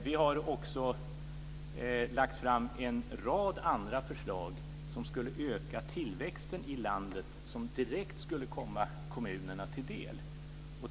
Vi har också lagt fram en rad andra förslag som skulle öka tillväxten i landet, vilket direkt skulle komma kommunerna till del.